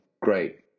great